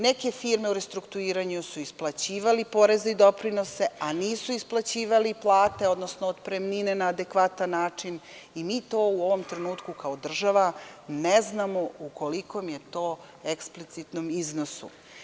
Neke firme u restrukturiranju su naplaćivale poreze i doprinose, a nisu isplaćivale plate, odnosno otpremnine na adekvatan način i mi to u ovom trenutku kao država ne znamo u kolikom je to eksplicitnom iznosu.